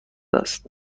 است